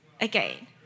again